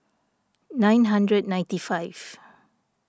nine hundred ninety five